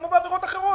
כמו בעבירות אחרות,